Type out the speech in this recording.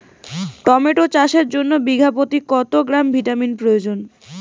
Tomato চাষের জন্য বিঘা প্রতি কত গ্রাম ভিটামিন প্রয়োজন?